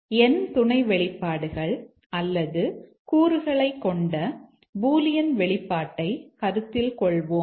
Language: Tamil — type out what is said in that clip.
n துணை வெளிப்பாடுகள் அல்லது கூறுகளைக் கொண்ட பூலியன் வெளிப்பாட்டைக் கருத்தில் கொள்வோம்